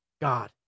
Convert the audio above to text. God